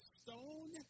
stone